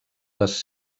les